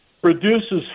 produces